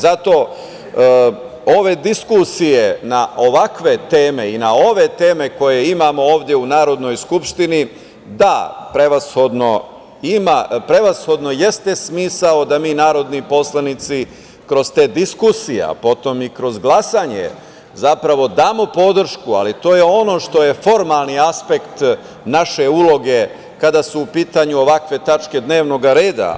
Zato ove diskusije na ovakve teme i na ove teme koje imamo ovde u Narodnoj skupštini, da, prevashodno jeste smisao da mi, narodni poslanici, kroz te diskusije, a potom i kroz glasanje zapravo damo podršku, ali to je ono što je formalni aspekt naše uloge kada su u pitanju ovakve tačke dnevnog reda.